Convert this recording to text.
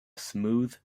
smooth